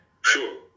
sure